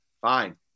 fine